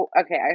Okay